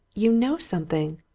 you know something!